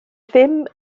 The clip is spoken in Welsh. ddim